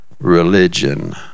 religion